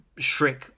Shrek